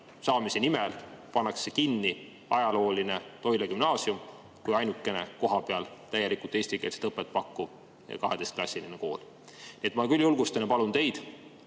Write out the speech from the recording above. saamise nimel pannakse kinni ajalooline Toila Gümnaasium, mis on ainukene kohapeal täielikult eestikeelset õpet pakkuv 12-klassiline kool. Ma küll julgustan ja palun teid,